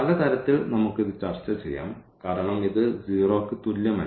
പല തരത്തിൽ നമുക്ക് ഇത് ചർച്ചചെയ്യാം കാരണം ഇത് 0 ന് തുല്യമല്ല